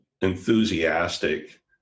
enthusiastic